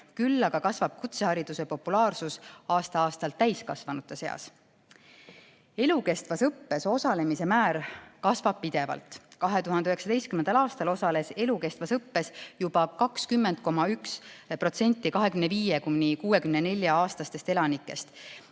küll aga kasvab kutsehariduse populaarsus aasta-aastalt täiskasvanute seas. Elukestvas õppes osalemise määr kasvab pidevalt. 2019. aastal osales elukestvas õppes 20,1% 25–64‑aastastest elanikest.